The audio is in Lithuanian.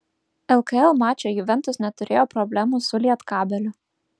lkl mače juventus neturėjo problemų su lietkabeliu